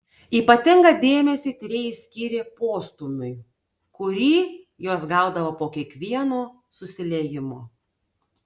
ypatingą dėmesį tyrėjai skyrė postūmiui kurį jos gaudavo po kiekvieno susiliejimo